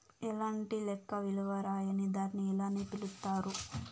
ఎలాంటి లెక్క విలువ రాయని దాన్ని ఇలానే పిలుత్తారు